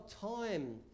time